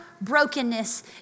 brokenness